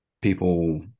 people